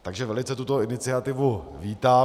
Takže velice tuto iniciativu vítám.